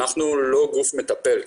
אנחנו לא גוף מטפל,